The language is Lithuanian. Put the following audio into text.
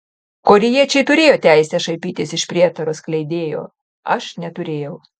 korėjiečiai turėjo teisę šaipytis iš prietaro skleidėjo aš neturėjau